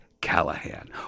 Callahan